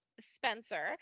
spencer